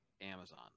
Amazon